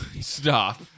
stop